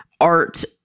art